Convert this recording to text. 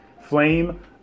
Flame